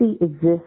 exists